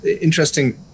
Interesting